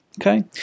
okay